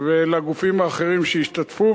ולגופים האחרים שהשתתפו.